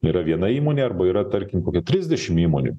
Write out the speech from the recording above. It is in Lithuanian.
yra viena įmonė arba yra tarkim kokia trisdešimt įmonių